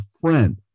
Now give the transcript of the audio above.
friend